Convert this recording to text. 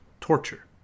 Torture